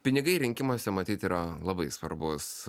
pinigai rinkimuose matyt yra labai svarbus